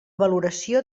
valoració